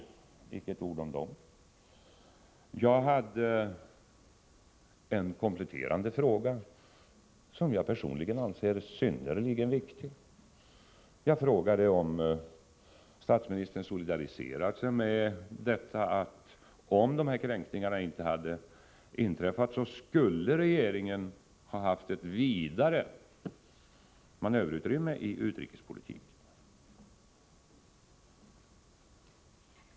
Icke ett ord om dem. Jag ställde en kompletterande fråga, som jag personligen anser vara synnerligen viktig. Jag frågade om statsministern solidariserar sig med uppfattningen att om dessa gränskränkningar inte hade inträffat så skulle regeringen ha haft ett vidare manöverutrymme i utrikespolitiken.